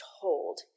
told